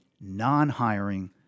non-hiring